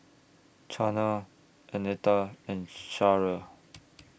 Chana Annetta and Sharyl